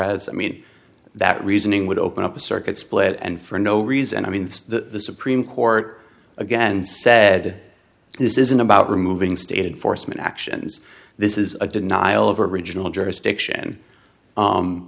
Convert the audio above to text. as i mean that reasoning would open up a circuit split and for no reason i mean the supreme court again said this isn't about removing stated foresman actions this is a nial of original jurisdiction